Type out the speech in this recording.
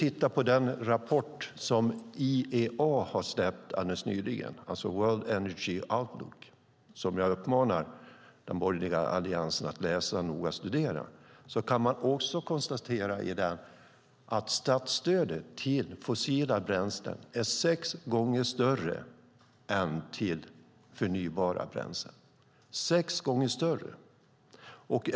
I den rapport som IEA nyligen släppt, World Energy Outlook , som jag uppmanar den borgerliga alliansen att läsa och noga studera, konstateras att statsstödet till fossila bränslen är sex gånger större än till förnybara bränslen. Sex gånger större!